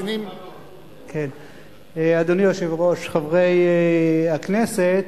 אדוני היושב-ראש, חברי הכנסת,